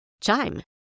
Chime